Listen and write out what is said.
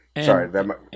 sorry